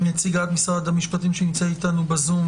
נציגת משרד המשפטים שנמצאת אתנו בזום,